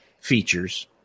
features